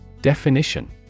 Definition